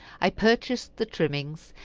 i purchased the trimmings,